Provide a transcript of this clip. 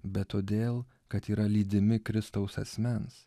bet todėl kad yra lydimi kristaus asmens